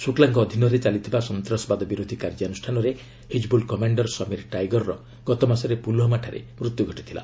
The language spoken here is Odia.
ଶୁକ୍ଲାଙ୍କ ଅଧୀନରେ ଚାଲିଥିବା ସନ୍ତ୍ରାସବାଦ ବିରୋଧି କାର୍ଯ୍ୟାନୁଷ୍ଠାନରେ ହିକିବୁଲ କମାଣ୍ଡର ସମୀର ଟାଇଗରର ଗତମାସରେ ପୁଲଓ୍ୱାମାଠାରେ ମୃତ୍ୟୁ ଘଟିଥିଲା